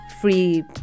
free